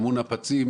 שמעו נפצים,